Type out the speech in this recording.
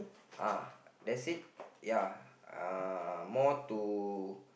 uh that's it ya uh more to